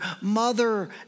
mother